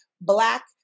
black